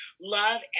love